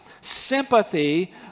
sympathy